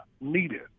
needed